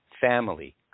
family